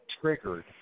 Triggered